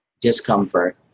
discomfort